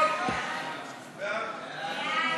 סעיף 17,